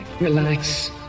relax